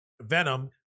venom